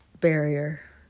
barrier